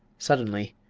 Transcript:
suddenly,